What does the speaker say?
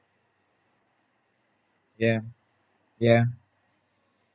ya ya